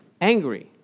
Angry